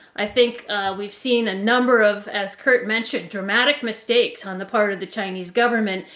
i think we've seen a number of, as kurt mentioned, dramatic mistakes on the part of the chinese government.